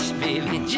baby